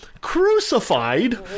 crucified